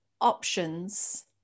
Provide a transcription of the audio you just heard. options